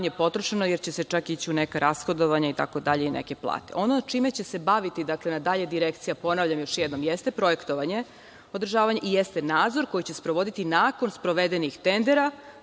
manje potrošeno jer će se ići u neka rashodovana i neke plate. Ono čime će se baviti dalje Direkcija, ponavljam još jednom, jeste projektovanje, održavanje i jeste nadzor koji će sprovoditi nakon sprovedenih tendera,